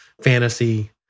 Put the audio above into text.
fantasy